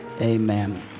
Amen